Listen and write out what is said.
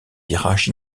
virage